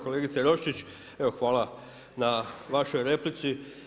Kolegice Roščić, evo hvala na vašoj replici.